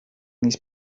these